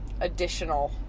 additional